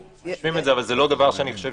זה לא דבר שאני חושב